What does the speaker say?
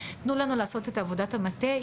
תנו לנו לעשות את עבודת המטה.